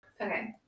Okay